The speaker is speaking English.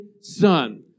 son